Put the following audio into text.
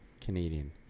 Canadian